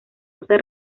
usa